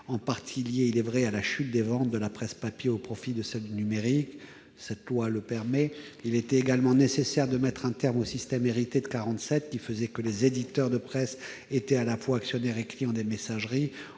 en partie liée, il est vrai, à la chute des ventes de la presse papier au profit de la presse numérique. Il était également nécessaire de mettre un terme au système hérité de 1947, qui faisait des éditeurs de presse à la fois des actionnaires et des clients des messageries,